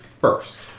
first